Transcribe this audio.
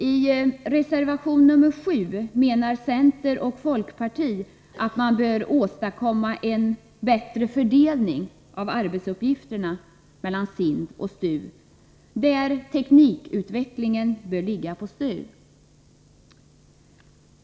I reservation nr 7 menar centern och folkpartiet att man bör åstadkomma en bättre fördelning av arbetsuppgifterna mellan SIND och STU, där teknikutvecklingen bör ligga på STU.